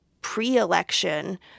pre-election